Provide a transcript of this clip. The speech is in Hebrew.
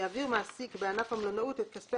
יעביר מעסיק בענף המלונאות את כספי